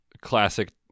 classic